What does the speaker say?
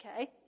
okay